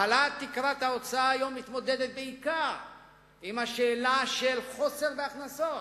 העלאת תקרת ההוצאה היום מתמודדת בעיקר עם השאלה של חוסר בהכנסות,